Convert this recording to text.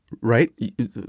right